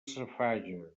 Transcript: safaja